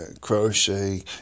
crochet